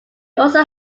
also